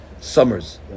Summers